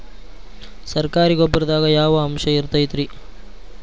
ಸರಕಾರಿ ಗೊಬ್ಬರದಾಗ ಯಾವ ಅಂಶ ಇರತೈತ್ರಿ?